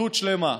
אחדות שלמה".